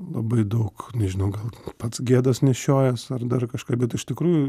labai daug nežinau gal pats gėdos nešiojas ar dar kažką bet iš tikrųjų